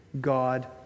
God